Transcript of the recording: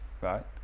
right